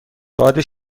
باد